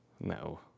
No